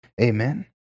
Amen